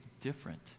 different